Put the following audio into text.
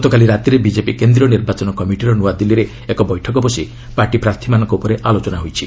ଗତକାଲି ରାତିରେ ବିକେପି କେନ୍ଦ୍ରୀୟ ନିର୍ବାଚନ କମିଟିର ନୂଆଦିଲ୍ଲୀରେ ଏକ ବୈଠକ ବସି ପାର୍ଟି ପ୍ରାର୍ଥୀମାନଙ୍କ ଉପରେ ଆଲୋଚନା ହୋଇଛି